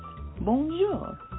Bonjour